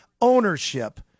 ownership